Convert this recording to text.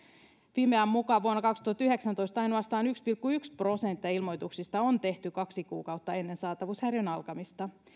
fimean mukaan vuonna kaksituhattayhdeksäntoista ainoastaan yksi pilkku yksi prosenttia ilmoituksista on tehty kaksi kuukautta ennen saatavuushäiriön alkamista